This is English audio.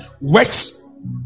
works